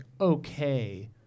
okay